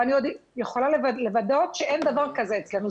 ואני יכולה לוודא שאין דבר כזה אצלנו.